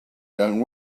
young